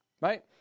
Right